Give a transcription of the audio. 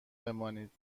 بمانید